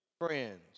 friends